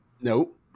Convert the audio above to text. Nope